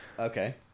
Okay